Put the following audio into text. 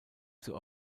zur